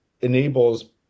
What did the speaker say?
enables